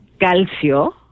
calcio